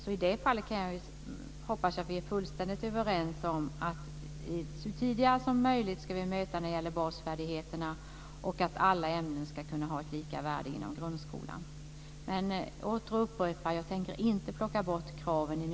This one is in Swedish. I det fallet hoppas jag att vi är fullständigt överens om att vi ska möta behovet av basfärdigheter så tidigt som möjligt och att alla ämnen ska ha lika värde inom grundskolan. Men jag återupprepar att jag i nuläget inte tänker plocka bort kraven.